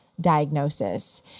diagnosis